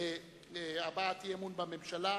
להבעת אי-אמון בממשלה,